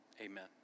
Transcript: Amen